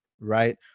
right